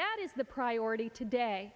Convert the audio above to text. that is the priority today